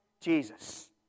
Jesus